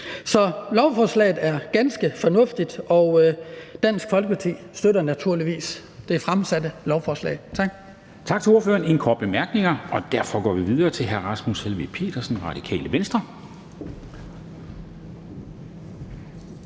Så lovforslaget er ganske fornuftigt, og Dansk Folkeparti støtter naturligvis det fremsatte lovforslag. Tak. Kl. 10:18 Formanden (Henrik Dam Kristensen): Tak til ordføreren. Der er ingen korte bemærkninger, og derfor går vi videre til hr. Rasmus Helveg Petersen, Radikale Venstre.